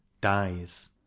Dies